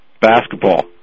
basketball